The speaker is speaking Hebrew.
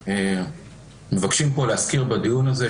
מבקשים להזכיר בדיון הזה,